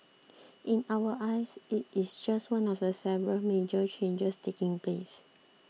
in our eyes it is just one of the several major changes taking place